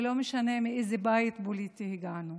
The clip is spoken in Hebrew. ולא משנה מאיזה בית פוליטי הגענו.